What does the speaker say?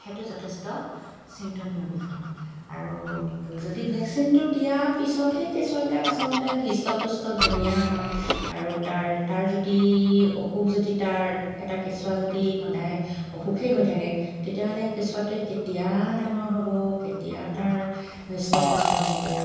সেইটো যথেষ্ট চিন্তনীয় বিষয় আৰু যদি ভেকচিনটো দিয়া পিছতহে কেঁচুৱাবিলাক আচলতে হিষ্ট পুষ্ট ধুনীয়া হয় আৰু তাৰ তাৰ যদি অসুখ যদি তাৰ এটা কেঁচুৱা যদি সদায় অসুখেই হৈ থাকে তেতিয়াহ'লে কেঁচুৱাটোৱে কেতিয়া ডাঙৰ হ'ব কেতিয়া তাৰ হিষ্ট পুষ্ট হ'ব